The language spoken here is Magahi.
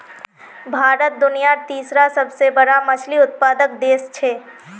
भारत दुनियार तीसरा सबसे बड़ा मछली उत्पादक देश छे